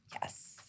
Yes